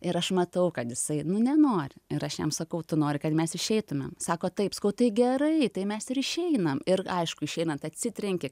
ir aš matau kad jisai nu nenori ir aš jam sakau tu nori kad mes išeitumėm sako taip sakau tai gerai tai mes ir išeinam ir aišku išeinant atsitrenkė